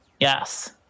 Yes